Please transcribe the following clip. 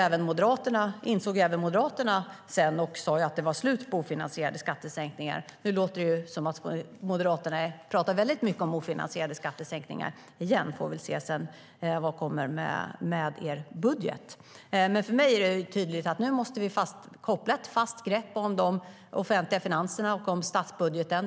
Även Moderaterna insåg senare att det var slut på ofinansierade skattesänkningar. Nu låter det som om Moderaterna pratar mycket om ofinansierade skattesänkningar igen. Vi får väl se vad som kommer i er budget. För mig är det tydligt att vi nu måste koppla ett fast grepp om de offentliga finanserna och om statsbudgeten.